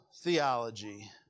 theology